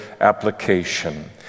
application